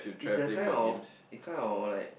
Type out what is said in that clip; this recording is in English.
is the kind of it kind of like